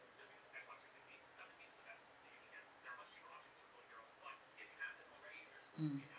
mm